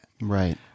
Right